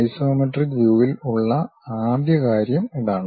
isometric വ്യൂവിൽ ഉള്ള ആദ്യ കാര്യം അതാണ്